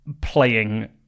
playing